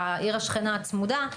העיר השכנה הצמודה,